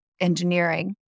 engineering